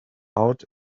out